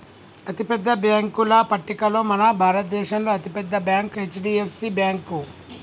అతిపెద్ద బ్యేంకుల పట్టికలో మన భారతదేశంలో అతి పెద్ద బ్యాంక్ హెచ్.డి.ఎఫ్.సి బ్యేంకు